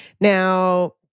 Now